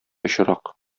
очрак